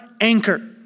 anchor